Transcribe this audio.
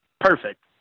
perfect